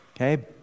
Okay